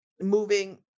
moving